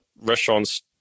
restaurants